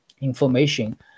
information